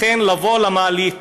לכן, לתקן מעלית